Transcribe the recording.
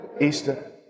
Easter